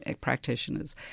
practitioners